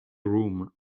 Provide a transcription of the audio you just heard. room